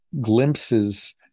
glimpses